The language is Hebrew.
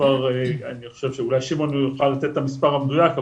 אני חושב שאולי שמעון יוכל לתת את המספר המדויק,